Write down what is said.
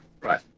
Right